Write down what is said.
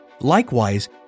Likewise